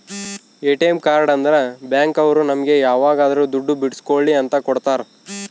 ATM card ಅಂದ್ರ bank ಅವ್ರು ನಮ್ಗೆ ಯಾವಾಗದ್ರು ದುಡ್ಡು ಬಿಡ್ಸ್ಕೊಳಿ ಅಂತ ಕೊಡ್ತಾರ